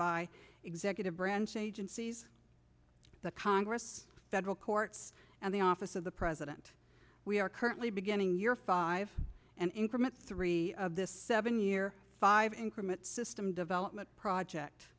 by executive branch agencies the congress federal courts and the office of the president we are currently beginning year five and increment three of this seven year five increment system development project